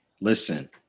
Listen